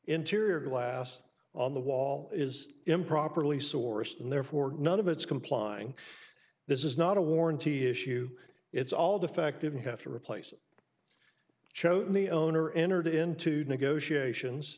interior glass on the wall is improperly sourced and therefore none of it's complying this is not a warranty issue it's all defective and have to replace chosen the owner entered into negotiations